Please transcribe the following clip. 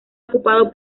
ocupado